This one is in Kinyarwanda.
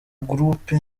groupe